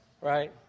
right